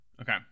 okay